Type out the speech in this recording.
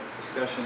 discussion